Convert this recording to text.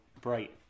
bright